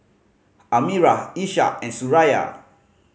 Amirah Ishak and Suraya